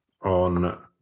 on